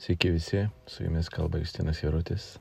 sveiki visi su jumis kalba justinas jarutis